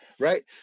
Right